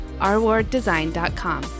rwarddesign.com